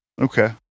Okay